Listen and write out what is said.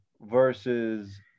versus